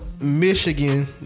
Michigan